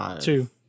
Two